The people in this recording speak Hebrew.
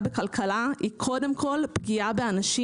בכלכלה אלא היא קודם כל פגיעה באנשים.